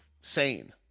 sane